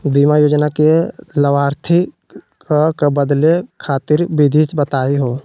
बीमा योजना के लाभार्थी क बदले खातिर विधि बताही हो?